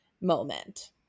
moment